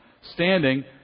standing